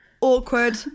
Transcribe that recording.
Awkward